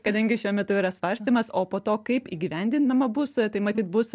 kadangi šiuo metu yra svarstymas o po to kaip įgyvendinama bus tai matyt bus